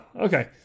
okay